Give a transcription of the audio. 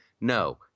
No